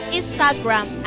Instagram